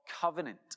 covenant